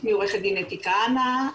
שמי עו"ד אתי כהנא,